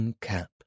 cap